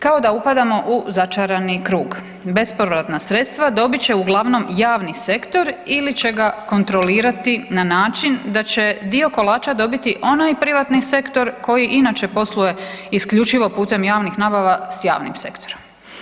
Kao da upadamo u začarani krug, bespovratna sredstva dobit će uglavnom javni sektor ili će ga kontrolirati na način da će dio kolača dobiti onaj privatni sektor koji inače posluje isključivo putem javnih nabava s javnim sektorom.